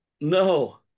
No